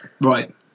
right